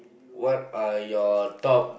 what are your top